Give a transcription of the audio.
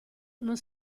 non